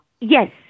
Yes